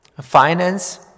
finance